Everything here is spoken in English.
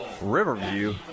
Riverview